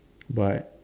but